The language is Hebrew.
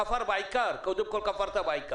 "כפר בעיקר" קודם כול כפרת בעיקר.